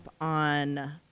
on